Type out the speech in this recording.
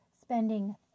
spending